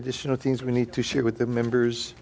additional things we need to share with the members